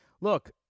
look